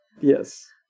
yes